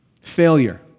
Failure